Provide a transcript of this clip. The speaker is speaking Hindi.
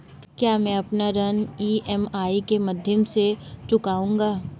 क्या मैं अपना ऋण ई.एम.आई के माध्यम से चुकाऊंगा?